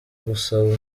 gusaba